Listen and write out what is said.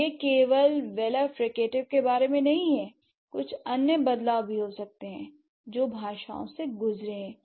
यह केवल velar fricative के बारे में नहीं है कुछ अन्य बदलाव भी हो सकते हैं जो भाषाओं से गुजरे हैं